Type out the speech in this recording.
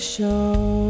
Show